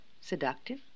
seductive